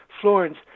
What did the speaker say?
Florence